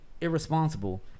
irresponsible